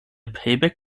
payback